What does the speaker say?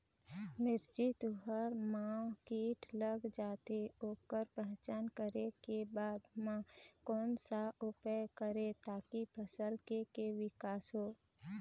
मिर्ची, तुंहर मा कीट लग जाथे ओकर पहचान करें के बाद मा कोन सा उपाय करें ताकि फसल के के विकास हो?